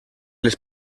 les